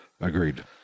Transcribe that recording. Agreed